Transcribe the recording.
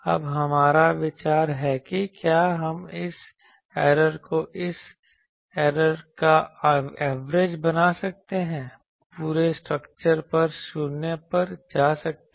अब हमारा विचार है कि क्या हम इस ऐरर को इस ऐरर का औसत बना सकते हैं पूरे स्ट्रक्चर पर शून्य पर जा सकते हैं